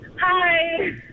Hi